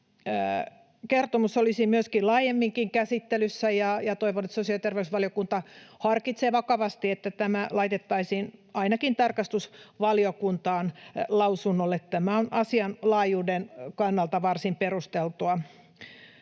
kertomus olisi myöskin laajemmin käsittelyssä, ja toivon, että sosiaali- ja terveysvaliokunta harkitsee vakavasti, että tämä laitettaisiin ainakin tarkastusvaliokuntaan lausunnolle. Tämä on asian laajuuden kannalta varsin perusteltua.